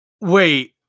wait